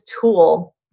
tool